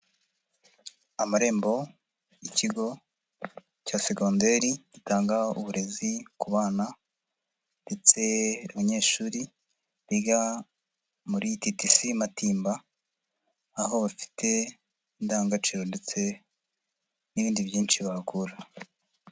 Amarembo y'ikigo cya segonderi gitanga uburezi ku bana ndetse abanyeshuri biga muri TTC Matimba aho bafite indangagaciro ndetse n'ibindi byinshi bahakura.